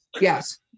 yes